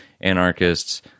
anarchists